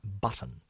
button